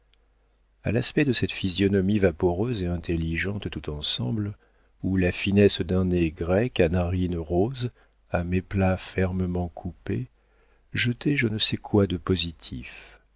a l'aspect de cette physionomie vaporeuse et intelligente tout ensemble où la finesse d'un nez grec à narines roses à méplats fermement coupés jetait je ne sais quoi de positif